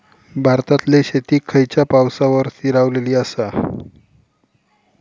भारतातले शेती खयच्या पावसावर स्थिरावलेली आसा?